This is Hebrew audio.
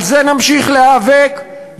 על זה נמשיך להיאבק,